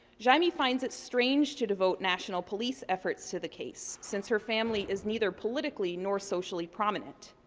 jaime finds it strange to devote national police efforts to the case, since her family is neither politically nor socially prominent.